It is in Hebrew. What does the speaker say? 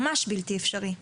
ממש בלתי אפשרי.